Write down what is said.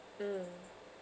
mm